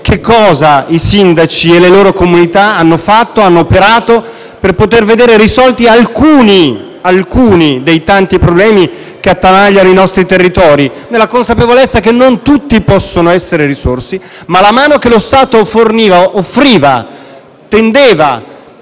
che cosa i sindaci e le loro comunità hanno fatto e come hanno operato per risolvere alcuni dei tanti problemi che attanagliano i nostri territori, nella consapevolezza che non tutti possono essere risolti, ma la mano che lo Stato tendeva